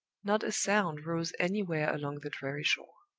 not a sound rose anywhere along the dreary shore.